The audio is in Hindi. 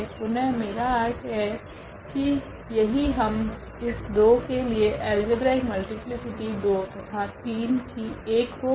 पुनः मेरा अर्थ है कि यही हम इस 2 के लिए अल्जेब्रिक मल्टीप्लीसिटी 2 तथा 3 की 1 होगी